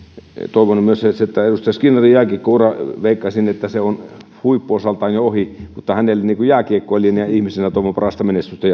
toivon myös veikkaisin että edustaja skinnarin jääkiekkoura on huippuosaltaan jo ohi hänelle jääkiekkoilijana ja ihmisenä parasta menestystä